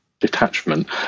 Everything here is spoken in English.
detachment